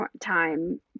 time